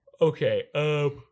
Okay